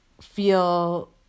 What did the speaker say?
feel